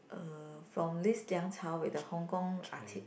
uh from this Yang-Chow-Wei the Hong-Kong arti~